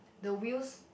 the wheels